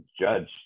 judge